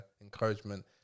encouragement